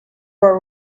were